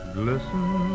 glisten